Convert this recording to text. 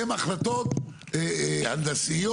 שהן החלטות הנדסיות,